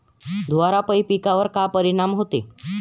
धुवारापाई पिकावर का परीनाम होते?